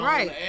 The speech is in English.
Right